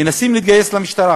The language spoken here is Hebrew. הם מנסים להתגייס למשטרה,